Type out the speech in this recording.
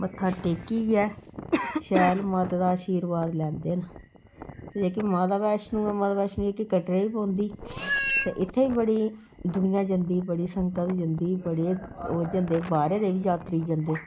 मत्था टेकियै शैल माता दा आशीर्वाद लैंदे न ते जेह्की माता वैष्णो ऐ माता वैष्णो जेह्की कटरे च पौंदी ते इत्थें बी बड़ी दुनिया जंदी बड़ी संगत जंदी बड़े ओह् जंदे बाह्रै दे बी जात्तरी जंदे